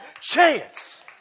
chance